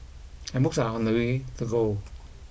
and books are on the way to go